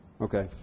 okay